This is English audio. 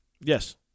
Yes